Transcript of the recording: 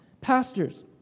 pastors